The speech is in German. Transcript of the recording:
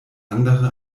andere